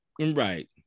right